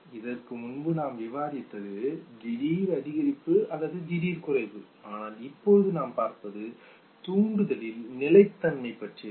இதற்கு முன்பு நாம் விவாதித்தது திடீர் அதிகரிப்பு அல்லது திடீர் குறைவு ஆனால் இப்போது நாம் பார்ப்பது தூண்டுதலில் நிலைத்தன்மை பற்றியது